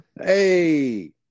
Hey